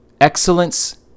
excellence